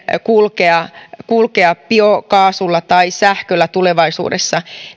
kulkea kulkea biokaasulla tai sähköllä tulevaisuudessa